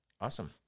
Awesome